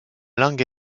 langue